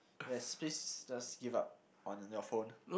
yes please just give up on your phone